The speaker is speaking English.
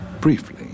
briefly